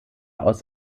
aus